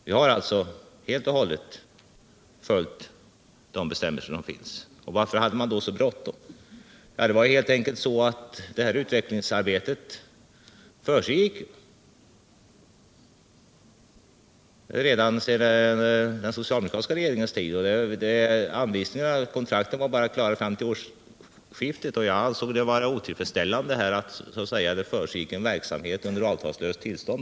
Vi har alltså helt och hållet följt de bestämmelser som finns. Varför har man då så bråttom? Jo, det var helt enkelt så att det här utvecklingsarbetet pågick allt sedan den socialdemokratiska regeringens tid. Men anvisningarna och kontrakten var bara klara fram till årsskiftet. Jag ansåg det därför vara otillfredsställande att det så att säga försiggick en verksamhet under avtalslöst tillstånd.